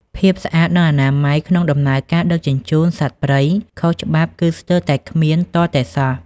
ភាពស្អាត និងអនាម័យក្នុងដំណើរការដឹកជញ្ជូនសត្វព្រៃខុសច្បាប់គឺស្ទើរតែគ្មានទាល់តែសោះ។